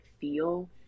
feel